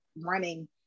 running